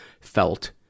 felt